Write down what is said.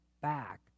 back